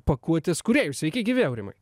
pakuotės kūrėjų sveiki gyvi aurimai